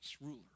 ruler